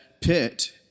pit